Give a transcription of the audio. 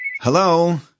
Hello